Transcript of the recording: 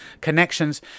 connections